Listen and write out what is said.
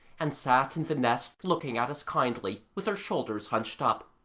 and sat in the nest looking at us kindly with her shoulders hunched up.